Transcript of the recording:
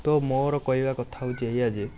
ତ ମୋର କହିବା କଥା ହେଉଛି ଏଇଆ ଯେ